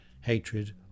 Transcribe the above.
hatred